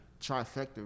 trifecta